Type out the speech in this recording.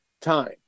time